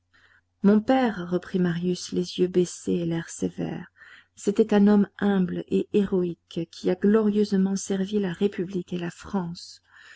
mon père reprit marius les yeux baissés et l'air sévère c'était un homme humble et héroïque qui a glorieusement servi la république et la france